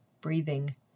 breathing